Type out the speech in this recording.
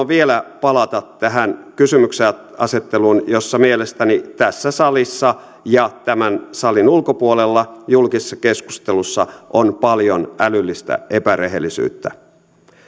vielä palata tähän kysymyksenasetteluun jossa mielestäni tässä salissa ja tämän salin ulkopuolella julkisessa keskustelussa on paljon älyllistä epärehellisyyttä